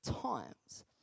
times